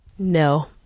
No